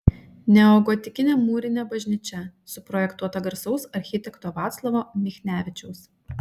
neogotikinė mūrinė bažnyčia suprojektuota garsaus architekto vaclovo michnevičiaus